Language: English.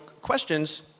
questions